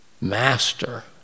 master